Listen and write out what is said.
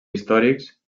històrics